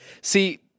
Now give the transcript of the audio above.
See